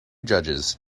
judges